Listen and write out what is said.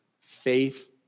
Faith